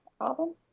album